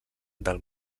del